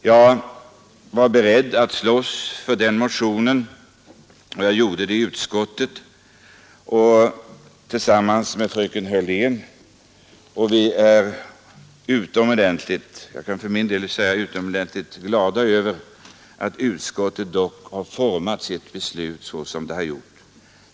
Jag har slagits för den motionen och jag gjorde det i utskottet tillsammans med fröken Hörlén. För min del är jag utomordentligt glad över att utskottet ändå har format sitt beslut så som skett.